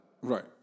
Right